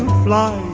fly.